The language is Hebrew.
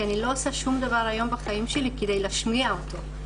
כי אני לא עושה שום דבר היום בחיים שלי כדי להשמיע אותו.